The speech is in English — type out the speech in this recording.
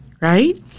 Right